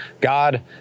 God